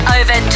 over